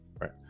right